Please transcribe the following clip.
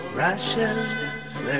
rushes